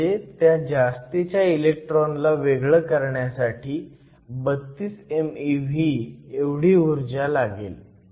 म्हणजे त्या जास्तीच्या इलेक्ट्रॉनला वेगळं करण्यासाठी 32 mev एवढी ऊर्जा लागेल